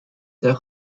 their